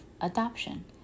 adoption